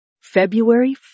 February